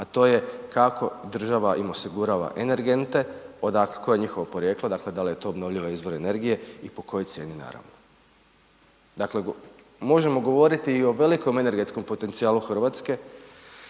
a to je kako država im osigurava energente, koje je njihovo porijeklo, dakle da li je to obnovljivi izvor energije i po kojoj cijeni, naravno. Dakle možemo govoriti i o velikom energetskom potencijalu Hrvatske